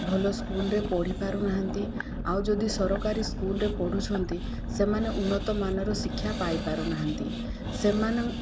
ଭଲ ସ୍କୁଲ୍ ରେ ପଢ଼ିପାରୁନାହାନ୍ତି ଆଉ ଯଦି ସରକାରୀ ସ୍କୁଲ୍ ରେ ପଢ଼ୁଛନ୍ତି ସେମାନେ ଉନ୍ନତ ମାନର ଶିକ୍ଷା ପାଇପାରୁନାହାନ୍ତି ସେମାନେ